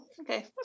Okay